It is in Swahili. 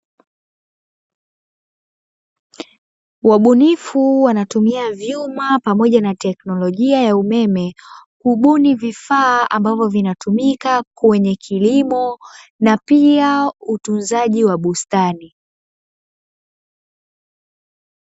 Wabunifu wanatumia vyuma pamoja na teknolojia ya umeme kubuni vifa, ambavyo vinatumika kwenye kilimo na pia utunzaji wa bustani.